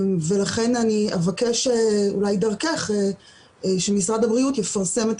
לכן אני אבקש אולי דרכך שמשרד הבריאות יפרסם את